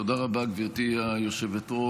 תודה רבה, גברתי היושבת-ראש.